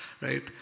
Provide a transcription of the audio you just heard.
right